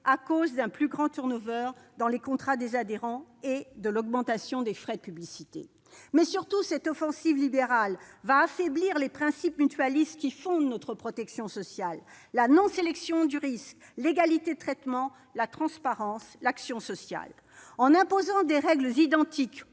à cause d'un plus grand turnover dans les contrats des adhérents et de l'augmentation des frais de publicité. Cette offensive libérale va, de surcroît, affaiblir les principes mutualistes qui fondent notre protection sociale : la non-sélection du risque, l'égalité de traitement, la transparence, l'action sociale. En imposant des règles identiques